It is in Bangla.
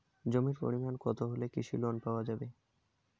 জমির পরিমাণ কতো থাকলে কৃষি লোন পাওয়া যাবে?